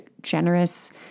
generous